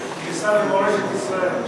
כשר למורשת ישראל.